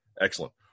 Excellent